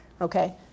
okay